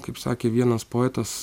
kaip sakė vienas poetas